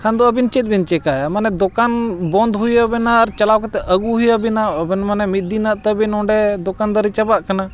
ᱠᱷᱟᱱ ᱫᱚ ᱟᱹᱵᱤᱱ ᱪᱮᱫ ᱵᱤᱱ ᱪᱤᱠᱟᱹᱭᱟ ᱢᱟᱱᱮ ᱫᱚᱠᱟᱱ ᱵᱚᱱᱫ ᱦᱩᱭᱩᱜ ᱟᱵᱮᱱᱟ ᱟᱨ ᱪᱟᱞᱟᱣ ᱠᱟᱛᱮᱫ ᱟᱹᱜᱩ ᱦᱩᱭ ᱟᱵᱮᱱᱟ ᱟᱵᱮᱱ ᱢᱟᱱᱮ ᱢᱤᱫ ᱫᱤᱱᱟᱜ ᱛᱟᱹᱵᱤᱱ ᱚᱸᱰᱮ ᱫᱚᱠᱟᱱ ᱫᱟᱨᱤ ᱪᱟᱵᱟᱜ ᱠᱟᱱᱟ